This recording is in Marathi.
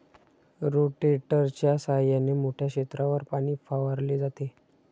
रोटेटरच्या सहाय्याने मोठ्या क्षेत्रावर पाणी फवारले जाते